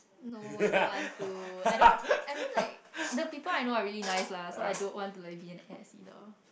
no I don't want to I don't want uh I mean like the people I know are really nice lah so I don't want to like be an ass either